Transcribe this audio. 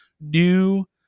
new